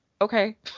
okay